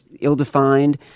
ill-defined